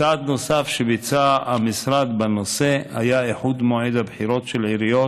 צעד נוסף שביצע המשרד בנושא היה איחוד מועד הבחירות של עיריות,